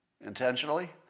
intentionally